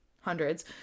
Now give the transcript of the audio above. hundreds